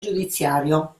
giudiziario